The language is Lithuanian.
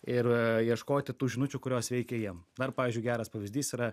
ir ieškoti tų žinučių kurios veikia jiem na ir pavyzdžiui geras pavyzdys yra